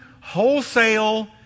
wholesale